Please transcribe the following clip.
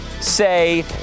Say